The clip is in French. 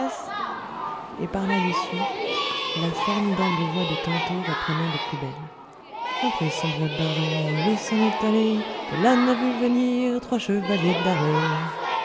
et par là-dessus la formidable voix de tantôt reprenant de plus belle a pris son broc d'argent à l'eau s'en est allée de là n'a vu venir trois chevaliers d'armée